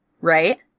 right